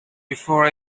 before